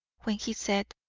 when he said